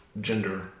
gender